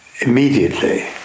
immediately